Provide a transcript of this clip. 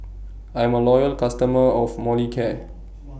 I'm A Loyal customer of Molicare